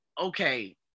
okay